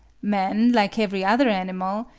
man, like every other animal,